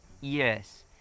Yes